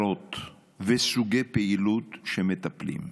מסגרות וסוגי פעילות שמטפלים.